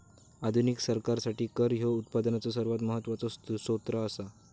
आधुनिक सरकारासाठी कर ह्यो उत्पनाचो सर्वात महत्वाचो सोत्र असा